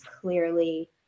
clearly